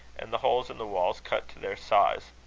and the holes in the walls cut to their size.